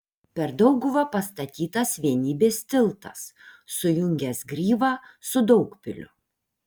per dauguvą pastatytas vienybės tiltas sujungęs gryvą su daugpiliu